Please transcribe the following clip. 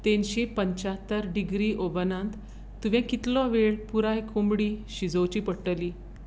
तिनशें पंच्यात्तर डिग्री ओव्हनांत तुवें कितलो वेळ पुराय कोंबडी शिजोवची पडटली